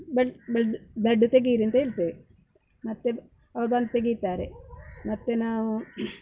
blood blood ತೆಗಿಯಿರಿ ಅಂತ ಹೇಳ್ತೇವೆ ಮತ್ತೆ ಅವ್ರು ಬಂದು ತೆಗೀತಾರೆ ಮತ್ತೆ ನಾವು